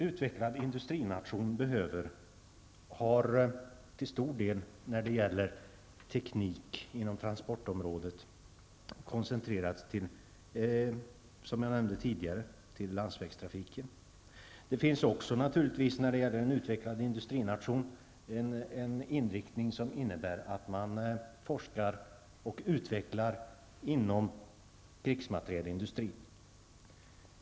Det finns naturligtvis också, när det gäller en utvecklad industrination, en inriktning som innebär att man forskar och utvecklar inom krigsmaterielindustrin.